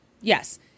Yes